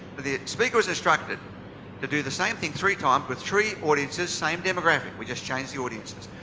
the speaker was instructed to do the same thing three times with three audiences same demographics we just changed the audiences.